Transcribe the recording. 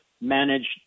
managed